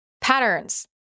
patterns